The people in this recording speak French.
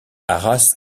arras